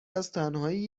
ازتنهایی